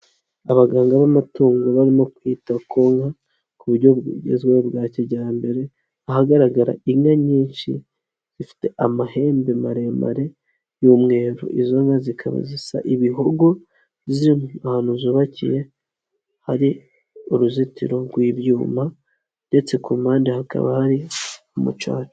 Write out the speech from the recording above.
Abaganga b'amatungo barimo kwita ku nka, ku buryo bugezweho bwa kijyambere, ahagaragara inka nyinshi zifite amahembe maremare y'umweru, izo nka zikaba zisa ibihogo, ziri ahantu zubakiye, hari uruzitiro rw'ibyuma ndetse ku mpande hakaba hari umucaca.